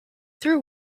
through